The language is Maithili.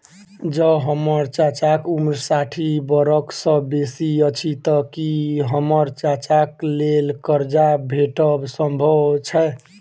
जँ हम्मर चाचाक उम्र साठि बरख सँ बेसी अछि तऽ की हम्मर चाचाक लेल करजा भेटब संभव छै?